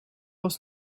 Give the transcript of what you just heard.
was